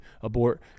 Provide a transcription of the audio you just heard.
abort